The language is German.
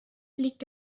liegt